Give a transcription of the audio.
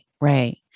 right